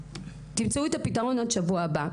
תמצאו את הפתרון עד שבוע הבא.